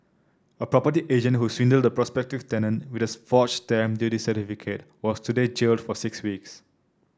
a property agent who swindled a prospective tenant with a forged stamp duty certificate was today jailed for six weeks